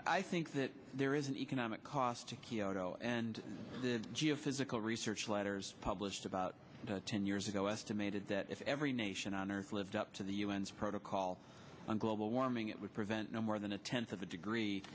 i think that there is an economic cost to kioto and did geophysical research letters published about ten years ago estimated that if every nation on earth lived up to the un's protocol on global warming it would prevent no more than a tenth of a degree